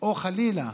או חלילה